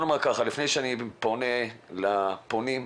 לפני שאני פונה לפונים,